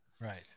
Right